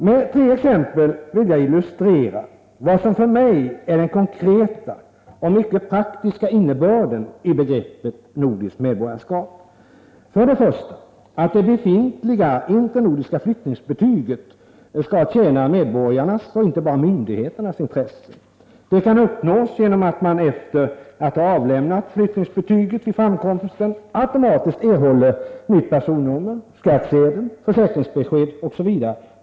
Med tre exempel vill jag illustrera vad som för mig är den konkreta och mycket praktiska innebörden i begreppet nordiskt medborgarskap. För det första skall det befintliga internordiska flyttningsbetyget tjäna medborgarnas och inte bara myndigheternas intressen. Det kan uppnås genom att man efter att ha avlämnat flyttningsbetyget vid framkomsten automatiskt erhåller nytt personnummer, skattsedel, försäkringsbesked etc.